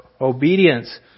obedience